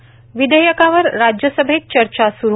या विधेयकावर राज्यसभेत चर्चा सूरू